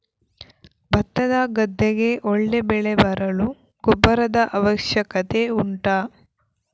ಭತ್ತದ ಗದ್ದೆಗೆ ಒಳ್ಳೆ ಬೆಳೆ ಬರಲು ಗೊಬ್ಬರದ ಅವಶ್ಯಕತೆ ಉಂಟಾ